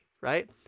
right